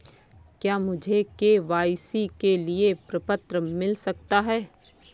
क्या मुझे के.वाई.सी के लिए प्रपत्र मिल सकता है?